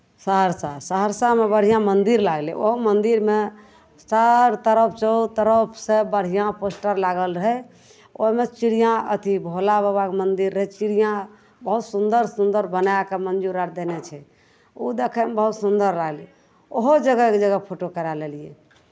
सहरसा सहरसामे बढ़िआँ मन्दिर लागलै ओहो मन्दिरमे चारू तरफसँ चहुँ तरफसँ बढ़िआँ पोस्टर लागल रहै ओहिमे चिड़ियाँ अथी भोलाबाबाके मन्दिर रहै चिड़िया बहुत सुन्दर सुन्दर बनाय कऽ मयुर आर देने छै ओ दखयमे बहुत सुन्दर लागलै ओहो जगह एक जगह जा कऽ फोटो करा लेलियै